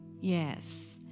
yes